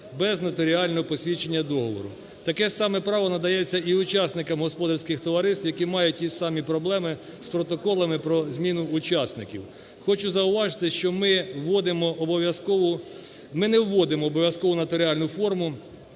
без нотаріального посвідчення договору. Таке ж саме право надається і учасникам господарських товариств, які мають ті ж самі проблеми з протоколами про зміну учасників. Хочу зауважити, що ми не вводимо обов'язкову нотаріальну форму.